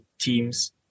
teams